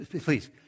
Please